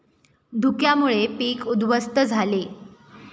धुक्यामुळे पीक उध्वस्त झाले